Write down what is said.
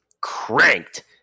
cranked